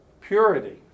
Purity